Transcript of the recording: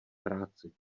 práci